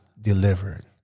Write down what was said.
delivered